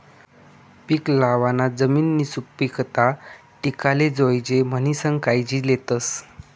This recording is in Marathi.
पीक लावाना जमिननी सुपीकता टिकाले जोयजे म्हणीसन कायजी लेतस